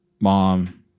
mom